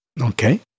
Okay